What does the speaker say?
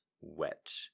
wet